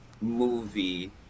movie